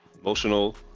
Emotional